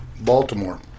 Baltimore